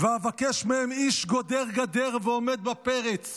"ואבקש מהם איש גֹּדֵר גָּדֵר ועֹמד בפרץ